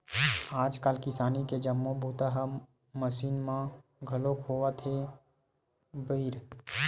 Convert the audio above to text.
आजकाल किसानी के जम्मो बूता ह मसीन म घलोक होवत हे बइर